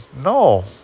No